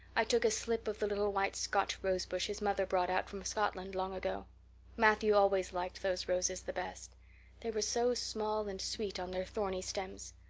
i took a slip of the little white scotch rosebush his mother brought out from scotland long ago matthew always liked those roses the best they were so small and sweet on their thorny stems.